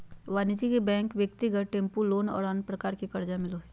वाणिज्यिक बैंक ब्यक्तिगत tempo loan और अन्य प्रकार के कर्जा मिलो हइ